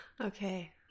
Okay